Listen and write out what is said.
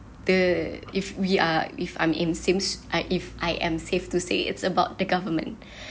the if we are if I'm in since I if I am safe to say it's about the government